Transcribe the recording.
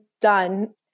done